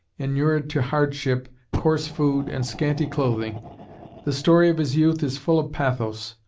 inured to hardship, coarse food, and scanty clothing the story of his youth is full of pathos.